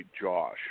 Josh